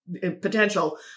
potential